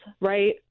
right